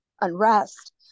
unrest